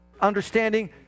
understanding